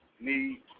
need